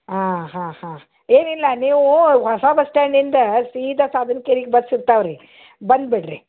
ಆಂ ಹಾಂ ಹಾಂ ಏನಿಲ್ಲ ನೀವು ಹೊಸ ಬಸ್ ಸ್ಟ್ಯಾಂಡಿಂದ ಸೀದ ಸಾಧನ ಕೇರಿಗೆ ಬಸ್ ಸಿಕ್ತಾವೆ ರೀ ಬಂದ್ಬಿಡಿ ರೀ